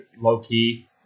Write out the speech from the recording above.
low-key